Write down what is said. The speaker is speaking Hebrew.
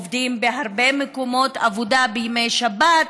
עובדים בהרבה מקומות עבודה בימי שבת,